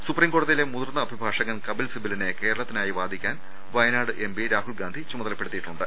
supreme കോടതിയിലെ മുതിർന്ന അഭിഭാഷകൻ കപിൽ സിബ ലിനെ കേരളത്തിനായി വാദിക്കാൻ വയനാട് എംപി രാഹുൽ ഗാന്ധി ചുമതലപ്പെടുത്തിയിട്ടുണ്ട്